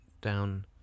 down